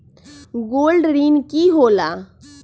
Gold ऋण की होला?